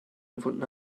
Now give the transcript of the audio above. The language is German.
gefunden